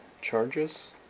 Charges